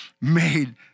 made